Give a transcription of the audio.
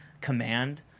command